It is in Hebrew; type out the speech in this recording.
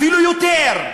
אפילו יותר.